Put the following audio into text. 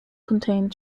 contained